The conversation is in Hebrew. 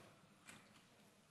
מס' 8961,